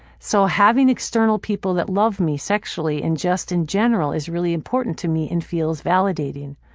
so having external people that loved me sexually and just in general is really important to me and feels validating.